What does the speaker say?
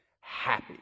happy